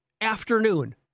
afternoon